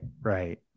Right